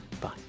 Bye